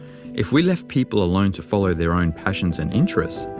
if we left people alone to follow their own passions and interests,